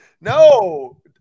No